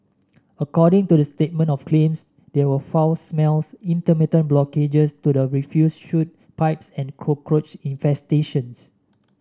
according to the statement of claims there were foul smells intermittent blockages to the refuse chute pipes and cockroach infestations